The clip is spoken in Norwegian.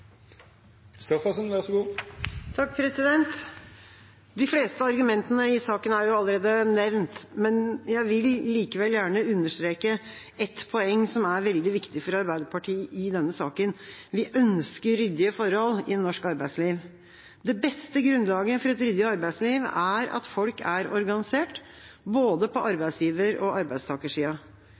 De fleste argumentene i saken er allerede nevnt, men jeg vil likevel gjerne understreke et poeng som er veldig viktig for Arbeiderpartiet i denne saken: Vi ønsker ryddige forhold i norsk arbeidsliv. Det beste grunnlaget for et ryddig arbeidsliv er at folk er organisert, både på arbeidsgiver- og arbeidstakersida.